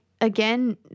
again